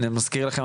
אני מזכיר לכם,